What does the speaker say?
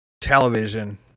television